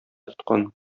тоткан